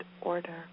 order